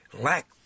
lack